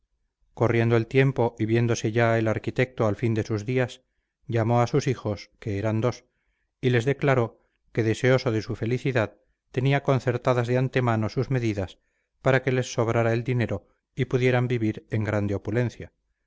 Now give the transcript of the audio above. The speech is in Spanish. corriendo el tiempo y viéndose ya el arquitecto al fin de sus días llamó a sus hijos que eran dos y les declaró que deseoso de su felicidad tenía concertadas de antemano sus medidas para que les sobrara el dinero y pudieran vivir en grande opulencia